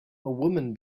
woman